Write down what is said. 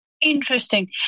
Interesting